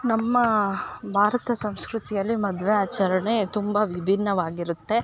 ನಮ್ಮ ಭಾರತ ಸಂಸ್ಕೃತಿಯಲ್ಲಿ ಮದುವೆ ಆಚರಣೆ ತುಂಬ ವಿಭಿನ್ನವಾಗಿರುತ್ತೆ